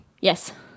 Yes